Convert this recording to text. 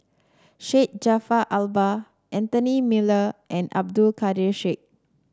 Syed Jaafar Albar Anthony Miller and Abdul Kadir Syed